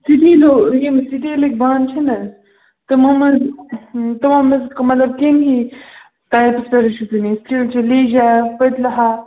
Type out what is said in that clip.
سِٹیٖلوٗ یِم سِٹیٖلٕکۍ بانہٕ چھِنہ تِمَو منٛز تِمَو منٛز مطلب کٕم ہی ٹایِپٕکۍ چھُو تۄہہِ نِنۍ لیٚج ہا پٔتلہٕ ہا